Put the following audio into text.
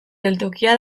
geltokia